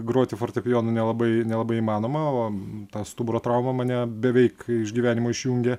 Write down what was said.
groti fortepijonu nelabai nelabai įmanoma o ta stuburo trauma mane beveik iš gyvenimo išjungė